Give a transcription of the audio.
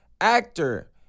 actor